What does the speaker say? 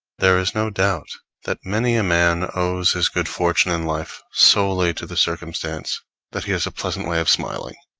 there is no doubt that many a man owes his good fortune in life solely to the circumstance that he has a pleasant way of smiling,